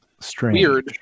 strange